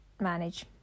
manage